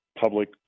public